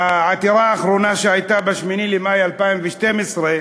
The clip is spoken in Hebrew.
בעתירה האחרונה שהייתה, ב-8 במאי 2012,